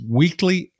weekly